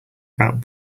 about